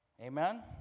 Amen